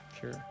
Sure